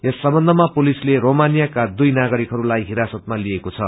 यस सम्बन्धमा पुलिसले रोमानियाका दुई नागरिकहरूलाई हिरासतमा लिएको छ